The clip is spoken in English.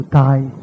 die